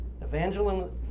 Evangelism